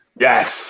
yes